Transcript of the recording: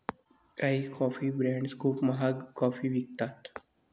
काही coffee brands खूप महाग कॉफी विकतात